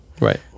right